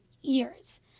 years